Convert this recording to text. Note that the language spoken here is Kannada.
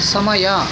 ಸಮಯ